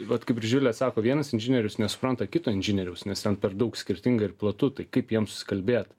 vat kaip ir živilė sako vienas inžinierius nesupranta kito inžinieriaus nes ten per daug skirtinga ir platu tai kaip jiems susikalbėt